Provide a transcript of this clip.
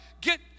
get